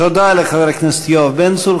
תודה לחבר הכנסת יואב בן צור.